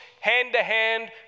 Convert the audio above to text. hand-to-hand